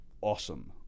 awesome